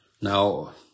Now